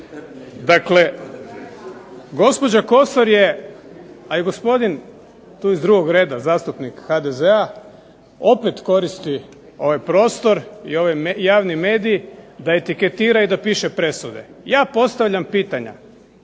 Dakle, gospođa Kosor je, a i gospodin tu iz drugog reda zastupnik HDZ-a opet koristi ovaj prostor i ovaj javni medij da etiketira i da piše presude. Ja postavljam pitanja.